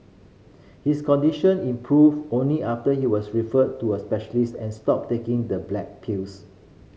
his condition improved only after he was referred to a specialist and stopped taking the black pills